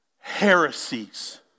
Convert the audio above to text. heresies